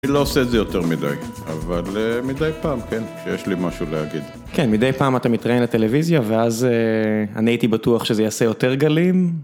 אני לא עושה את זה יותר מדי, אבל מדי פעם, כן, כשיש לי משהו להגיד. כן, מדי פעם אתה מתראיין את הטלוויזיה, ואז אני הייתי בטוח שזה יעשה יותר גלים.